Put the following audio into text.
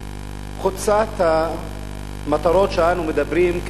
שחוצה את המטרות שאנו מדברים עליהן,